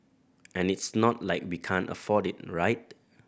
and it's not like we can't afford it right